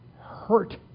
hurt